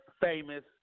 famous